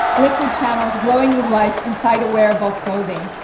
liquid channels glowing with life inside a wearable clothing.